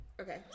okay